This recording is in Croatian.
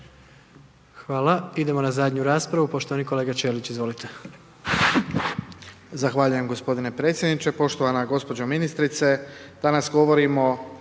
Hvala. Idemo na zadnju raspravu, poštovani kolega Ćelić, izvolite.